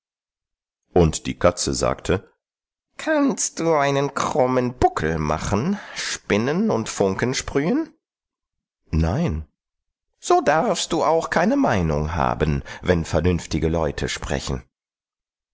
und die katze sagte kannst du einen krummen buckel machen spinnen und funken sprühen nein so darfst du auch keine meinung haben wenn vernünftige leute sprechen